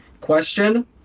Question